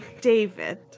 David